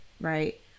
right